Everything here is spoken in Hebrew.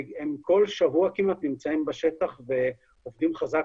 בכל שבוע כמעט נמצאים בשטח ועובדים חזק